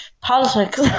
politics